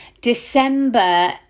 December